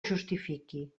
justifiqui